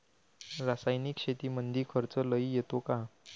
रासायनिक शेतीमंदी खर्च लई येतो का?